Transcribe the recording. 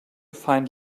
find